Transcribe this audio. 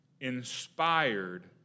inspired